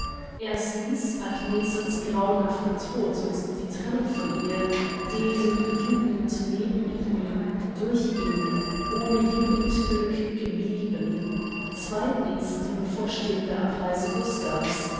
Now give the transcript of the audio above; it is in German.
erstens agnesens grauenhafter tod und die trennung von ihr deren jugend neben ihm durch ihn ohne jugendglück geblieben zweitens die bevorstehende abreise gustav's